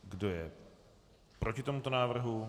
Kdo je proti tomuto návrhu?